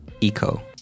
Eco